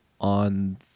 on